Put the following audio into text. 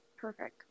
Perfect